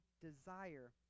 desire